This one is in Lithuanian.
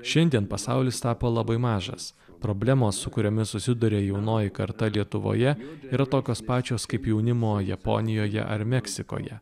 šiandien pasaulis tapo labai mažas problemos su kuriomis susiduria jaunoji karta lietuvoje yra tokios pačios kaip jaunimo japonijoje ar meksikoje